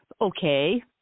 okay